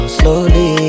slowly